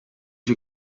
you